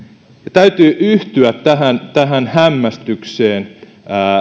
täytyy yhtyä tähän tähän hämmästykseen